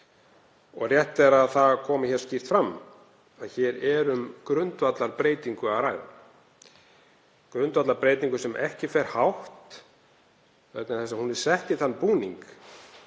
Rétt er að það komi hér skýrt fram að hér er um grundvallarbreytingu að ræða, grundvallarbreytingu sem ekki fer hátt vegna þess að hún er sett í þann búning